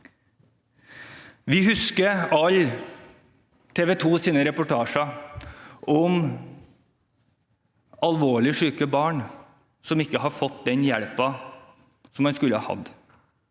Vi husker alle TV 2s reportasjer om alvorlig syke barn som ikke har fått den hjelpen som de skulle hatt.